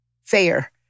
fair